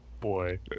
boy